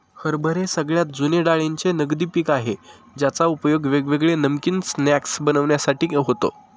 हरभरे सगळ्यात जुने डाळींचे नगदी पिक आहे ज्याचा उपयोग वेगवेगळे नमकीन स्नाय्क्स बनविण्यासाठी होतो